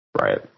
right